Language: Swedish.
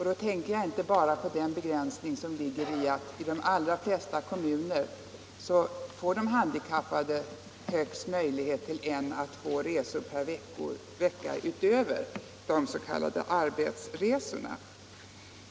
Då tänker jag inte bara på den begränsning som ligger i att de handikappade i de allra flesta kommuner får möjlighet till högst en å två resor per vecka utöver de s.k. arbetsresorna.